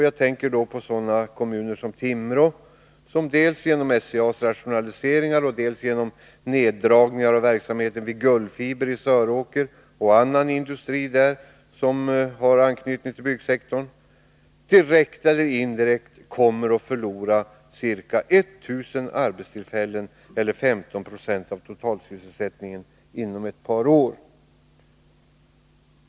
Jag tänker då på sådana kommuner som Timrå, som dels genom SCA:s rationaliseringar, dels genom neddragningar av verksamheten vid Gullfiber i Söråker och annan industri där som har anknytning till byggsektorn, direkt eller indirekt kommer att förlora ca 1 000 arbetstillfällen — eller 15 96 av totalsysselsättningen — inom ett par år.